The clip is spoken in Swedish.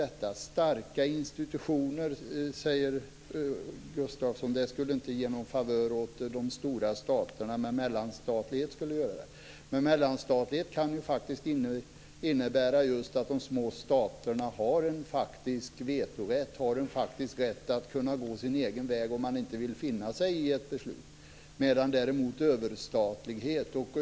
Gustafsson säger att starka institutioner inte skulle ge de stora staterna några favörer, men mellanstatlighet skulle göra det. Men mellanstatlighet kan innebära just att de små staterna har en faktisk vetorätt - en faktisk rätt att gå sin egen väg om de inte finner sig i ett beslut.